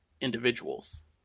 Individuals